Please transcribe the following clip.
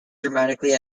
dramatically